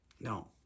No